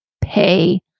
pay